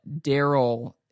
Daryl